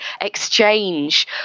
exchange